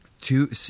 two